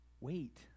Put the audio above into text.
Wait